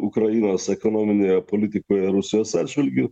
ukrainos ekonominėje politikoje rusijos atžvilgiu